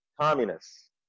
communists